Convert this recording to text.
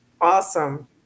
Awesome